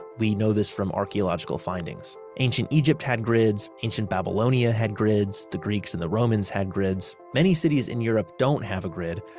we know this from archaeological findings. ancient egypt had grids, ancient babylonia had grids, the greeks and the romans had grids. many cities in europe don't have a grid,